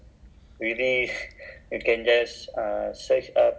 the the you must type the code inside